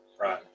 Right